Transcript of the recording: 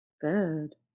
Good